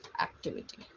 activity